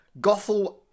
Gothel